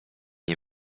nie